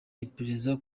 iperereza